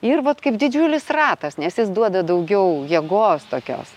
ir vat kaip didžiulis ratas nes jis duoda daugiau jėgos tokios